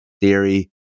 theory